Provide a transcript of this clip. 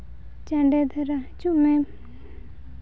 ᱪᱟᱰᱮ ᱫᱷᱟᱨᱟ ᱦᱤᱡᱩᱜ ᱢᱮ